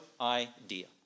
idea